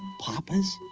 papas,